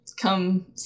come